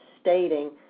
stating